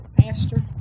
Pastor